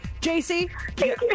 JC